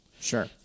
Sure